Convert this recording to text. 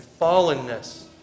fallenness